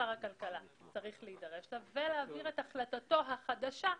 שר הכלכלה צריך להידרש לה ולהעביר את החלטתו החדשה לשר האוצר.